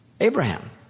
Abraham